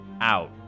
out